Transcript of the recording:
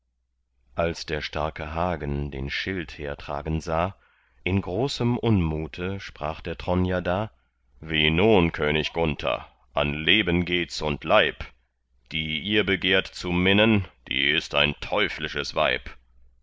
als der starke hagen den schild hertragen sah in großem unmute sprach der tronjer da wie nun könig gunther an leben gehts und leib die ihr begehrt zu minnen die ist ein teuflisches weib